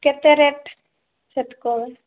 କେତେ ରେଟ୍ ସେତକ